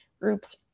groups